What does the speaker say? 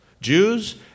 Jews